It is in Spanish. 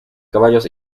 caballos